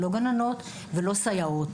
לא גננות ולא סייעות.